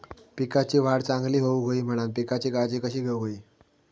पिकाची वाढ चांगली होऊक होई म्हणान पिकाची काळजी कशी घेऊक होई?